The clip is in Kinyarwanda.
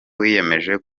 wiyemeje